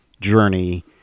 journey